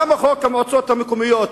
למה חוק המועצות המקומיות,